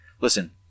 Listen